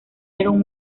iron